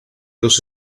los